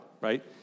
right